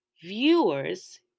viewers